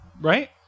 Right